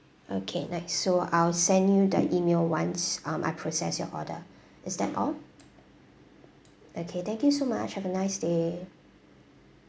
okay next so I'll send you the email once um I process your order is that all okay thank you so much have a nice day